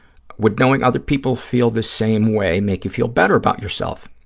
would knowing other people feel the same way make you feel better about yourself?